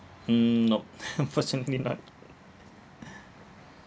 mm nope unfortunately not